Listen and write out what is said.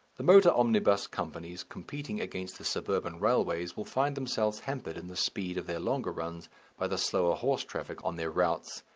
the motor omnibus companies competing against the suburban railways will find themselves hampered in the speed of their longer runs by the slower horse traffic on their routes,